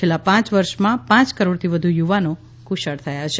છેલ્લા પાંચ વર્ષમાં પાંચ કરોડથી વધુ યુવાનો કુશળ થયા છે